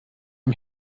ihm